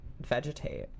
vegetate